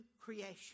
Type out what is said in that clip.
creation